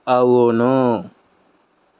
అవును